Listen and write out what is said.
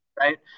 Right